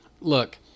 Look